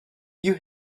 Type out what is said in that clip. you